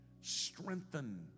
strengthen